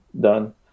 done